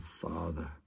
Father